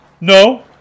No